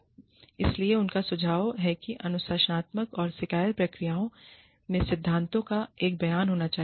इसलिए उनका सुझाव है कि अनुशासनात्मक और शिकायत प्रक्रियाओं में सिद्धांतों का एक बयान होना चाहिए